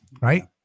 Right